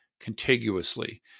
contiguously